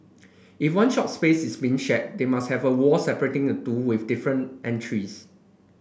if one shop spaces is being shared they must have a wall separating the two with different entries